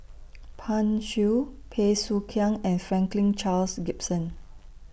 Pan Shou Bey Soo Khiang and Franklin Charles Gimson